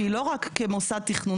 שהיא לא רק כמוסד תכנון.